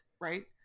right